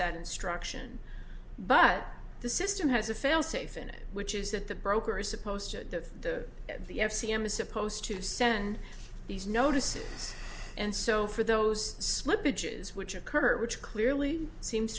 that instruction but the system has a failsafe in it which is that the broker is supposed to the f c m is supposed to send these notices and so for those slippage is which occurred which clearly seems